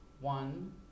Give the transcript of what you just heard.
One